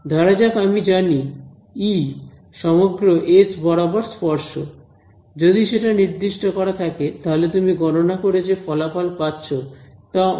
ধরা যাক আমি জানি ই সমগ্র এস বরাবর স্পর্শক যদি সেটা নির্দিষ্ট করা থাকে তাহলে তুমি গণনা করে যে ফলাফল পাচ্ছো তা অনন্য